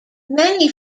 many